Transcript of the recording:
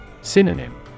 Synonym